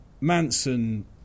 Manson